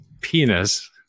penis